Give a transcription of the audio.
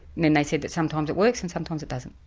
and then they said that sometimes it works and sometimes it doesn't.